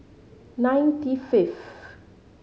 ninety fifth